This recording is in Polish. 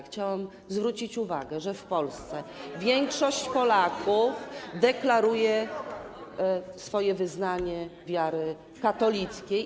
Chciałam zwrócić uwagę, że w Polsce większość Polaków deklaruje swoje wyznanie wiary katolickiej.